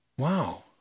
Wow